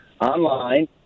online